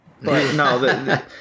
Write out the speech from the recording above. no